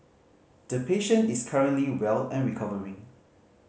the patient is currently well and recovering